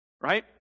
Right